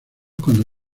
cuando